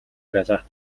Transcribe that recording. байлаа